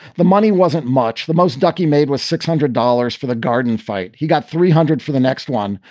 the money wasn't much. the most ducky made with six hundred dollars for the garden fight. he got three hundred for the next one.